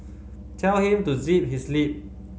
tell him to zip his lip